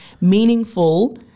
meaningful